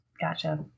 Gotcha